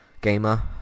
gamer